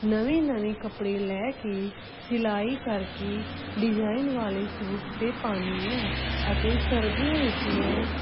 ਨਵੇਂ ਨਵੇਂ ਕੱਪੜੇ ਲੈ ਕੇ ਸਿਲਾਈ ਕਰਕੇ ਡਿਜ਼ਾਇਨ ਵਾਲੇ ਸੂਟ ਤੇ ਪਾਉਂਦੀ ਹੈ ਅਤੇ ਸਰਦੀਆਂ ਵਿੱਚ ਮੈਂ